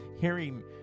hearing